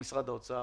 למשרד האוצר